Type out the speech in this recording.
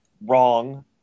wrong